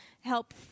help